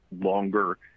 longer